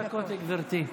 לגברתי.